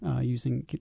using